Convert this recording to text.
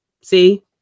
See